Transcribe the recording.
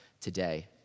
today